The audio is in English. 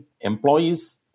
employees